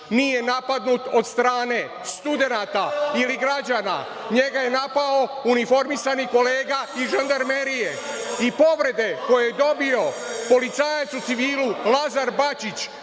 nije napadnut od strane studenata ili građana, njega je napao uniformisani kolega iz žandarmerije i povrede koje je dobio policajac u civilu Lazar Bačić